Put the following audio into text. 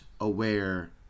aware